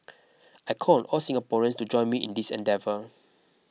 I call on all Singaporeans to join me in this endeavour